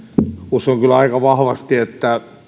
uskon kyllä aika vahvasti että